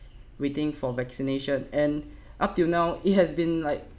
waiting for vaccination and up till now it has been like